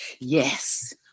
yes